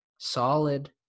Solid